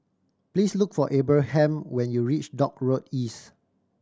please look for Abraham when you reach Dock Road East